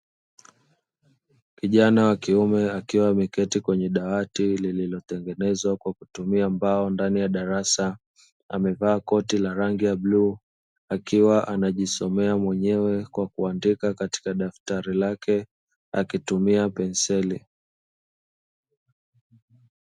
Kijana wakiume akiwa ameketi kwenye dawati lililotengenezwa kwa kutumia mbao ndani ya darasa, amevaa koti la rangi ya bluu akiwa anajisomea mwenyewe kwa kuandika katika daftari lake akitumia penseli.